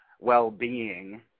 well-being